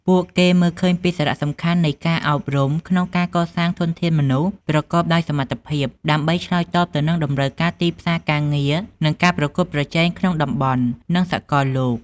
ពួកគេមើលឃើញពីសារៈសំខាន់នៃការអប់រំក្នុងការកសាងធនធានមនុស្សប្រកបដោយសមត្ថភាព ដើម្បីឆ្លើយតបទៅនឹងតម្រូវការទីផ្សារការងារ និងការប្រកួតប្រជែងក្នុងតំបន់ និងសកលលោក។